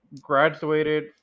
graduated